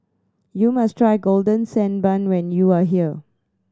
you must try Golden Sand Bun when you are here